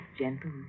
gentle